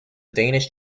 danish